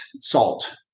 salt